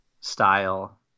style